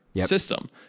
system